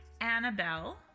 Annabelle